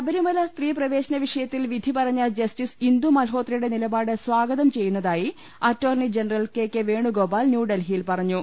ശബരിമല സ്ത്രീ പ്രവേശന വിഷയത്തിൽ വിധി പറഞ്ഞ ജസ്റ്റിസ് ഇന്ദു മൽഹോത്രയുടെ നിലപാട് സ്വാഗത്ം ചെയ്യുന്ന തായി attorney general K K Venugopal ന്യൂഡൽഹി യിൽ പറഞ്ഞു